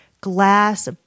glass